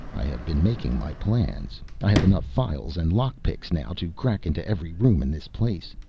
i have been making my plans, i have enough files and lockpicks now to crack into every room in this place,